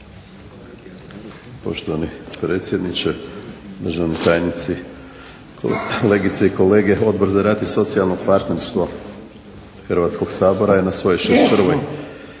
Poštovani predsjedniče, državni tajnici, kolegice i kolege. Odbor za rad i socijalno partnerstvo Hrvatskog sabora je na svojoj